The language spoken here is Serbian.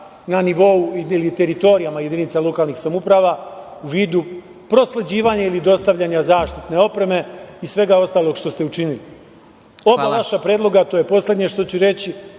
na nivou ili teritorijama jedinica lokalnih samouprava u vidu prosleđivanja ili dostavljanja zaštitne opreme i svega ostalog što ste učini. Oba vaša predloga, i to je poslednje što ću reći,